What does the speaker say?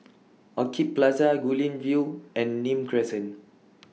Orchid Plaza Guilin View and Nim Crescent